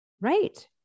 Right